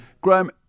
Graham